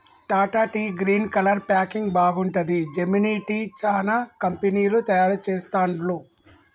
Tata tea green colour packing బాగుంటది, Gemini tea, చానా కంపెనీలు తయారు చెస్తాండ్లు